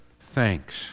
thanks